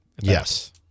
Yes